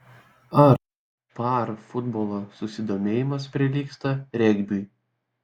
ar par futbolo susidomėjimas prilygsta regbiui